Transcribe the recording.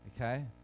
Okay